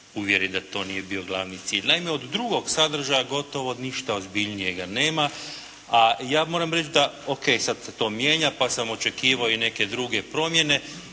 uvjeriti da to nije bio glavni cilj. Naime, od drugog sadržaja gotovo ništa ozbiljnijega nema, a ja moram reći da, O.k. sad se to mijenja pa sam očekivao neke druge promjene